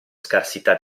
scarsità